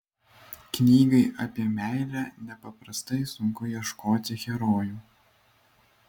knygai apie meilę nepaprastai sunku ieškoti herojų